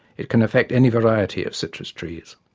it can affect any variety of citrus trees.